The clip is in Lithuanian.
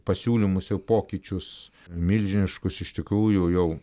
pasiūlymus ir pokyčius milžiniškus iš tikrųjų jau